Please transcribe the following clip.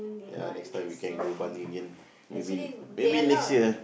ya next time we can go Bali again maybe maybe next year